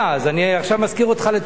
עכשיו אני מזכיר אותך לטובה.